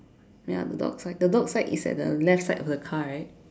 ya the dog side the dog side is at the left side of the car right